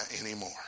anymore